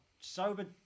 Sober